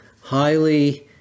highly